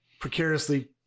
precariously